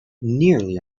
nearly